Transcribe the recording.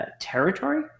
territory